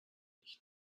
dich